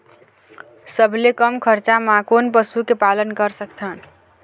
सबले कम खरचा मा कोन पशु के पालन कर सकथन?